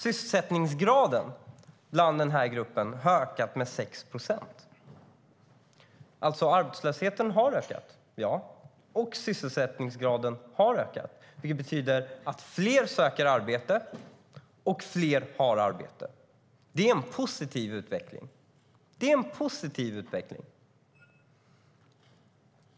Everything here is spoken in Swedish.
Sysselsättningsgraden i den här gruppen har ökat med 6 procent. Arbetslösheten har ökat, ja, och sysselsättningsgraden har ökat, vilket betyder att fler söker arbete och att fler har arbete. Det är en positiv utveckling.